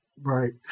Right